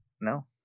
No